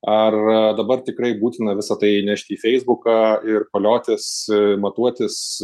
ar dabar tikrai būtina visa tai įnešti į feisbuką ir voliotis matuotis